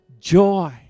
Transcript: joy